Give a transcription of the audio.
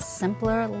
simpler